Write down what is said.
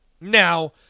Now